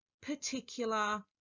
particular